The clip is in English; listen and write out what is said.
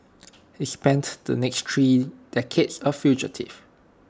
he spent the next three decades A fugitive